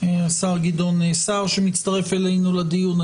השר גדעון סער, שמצטרף אלינו לדיון.